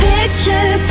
Picture